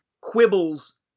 quibbles